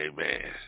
Amen